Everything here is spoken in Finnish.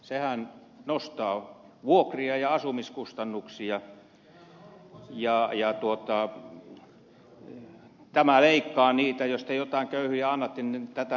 sehän nostaa vuokria ja asumiskustannuksia ja jos te jotain köyhille annatte niin tätä myötä leikataan